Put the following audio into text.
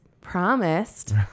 promised